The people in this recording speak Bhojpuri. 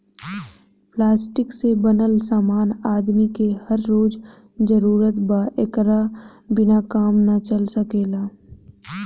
प्लास्टिक से बनल समान आदमी के हर रोज जरूरत बा एकरा बिना काम ना चल सकेला